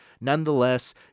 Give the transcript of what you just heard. Nonetheless